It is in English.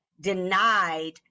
denied